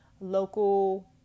local